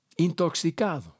intoxicado